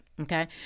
Okay